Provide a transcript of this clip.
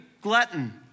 glutton